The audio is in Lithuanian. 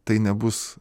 tai nebus